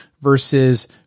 versus